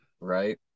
Right